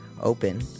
open